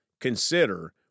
consider